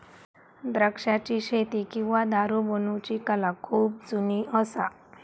द्राक्षाची शेती किंवा दारू बनवुची कला खुप जुनी असा